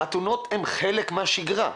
החתונות הן חלק מהשגרה.